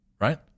right